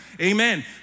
Amen